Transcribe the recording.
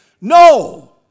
No